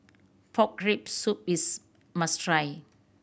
pork rib soup is must try